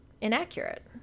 inaccurate